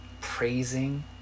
praising